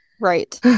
right